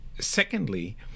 secondly